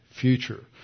future